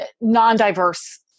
non-diverse